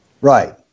right